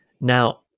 Now